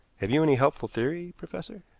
have you any helpful theory, professor?